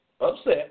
upset